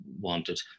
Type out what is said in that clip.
wanted